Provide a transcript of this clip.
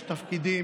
יש תפקידים,